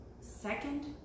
second